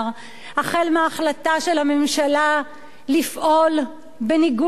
החל מההחלטה של הממשלה לפעול בניגוד להחלטת